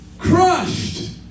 crushed